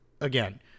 Again